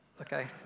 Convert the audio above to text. Okay